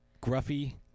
Gruffy